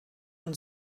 und